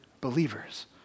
believers